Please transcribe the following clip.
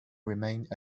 remained